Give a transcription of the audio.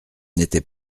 n’était